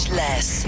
less